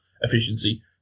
efficiency